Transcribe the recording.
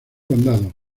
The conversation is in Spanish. condado